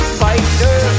fighter